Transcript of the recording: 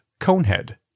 Conehead